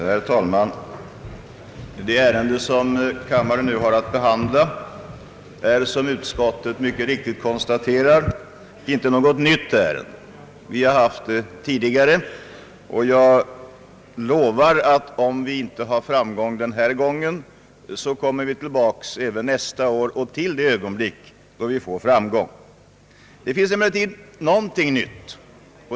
Herr talman! Det ärende som kammaren nu har att behandla är, som utskottet mycket riktigt konstaterar, inte något nytt ärende. Vi har tagit upp det tidigare, och jag lovar att om vi inte har framgång den här gången, så kommer vi tillbaka även nästa år och till det ögonblick då vi får framgång. Det finns emellertid någonting nytt.